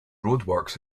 roadworks